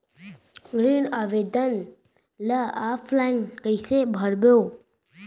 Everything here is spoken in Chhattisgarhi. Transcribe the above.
ऋण आवेदन ल ऑफलाइन कइसे भरबो?